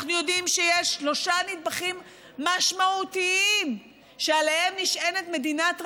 אנחנו יודעים שיש שלושה נדבכים משמעותיים שעליהם נשענת מדינת רווחה,